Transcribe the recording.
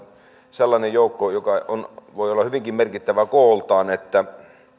sellainen joukko joka voi olla hyvinkin merkittävä kooltaan jolle